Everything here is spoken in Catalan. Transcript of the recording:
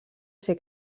ser